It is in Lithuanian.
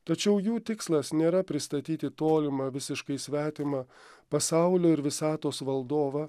tačiau jų tikslas nėra pristatyti tolimą visiškai svetimą pasaulio ir visatos valdovą